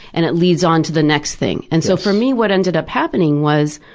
and it leads onto the next thing. and so for me, what ended up happening was,